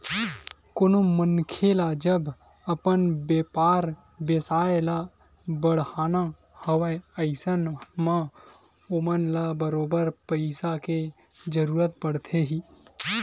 कोनो मनखे ल जब अपन बेपार बेवसाय ल बड़हाना हवय अइसन म ओमन ल बरोबर पइसा के जरुरत पड़थे ही